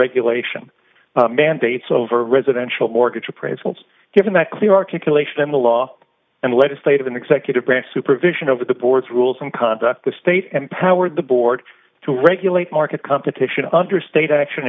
regulation mandates over residential mortgage appraisals given that clear articulation in the law and the legislative and executive branch supervision over the board's rules and conduct the state and powered the board to regulate market competition under state action